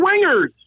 swingers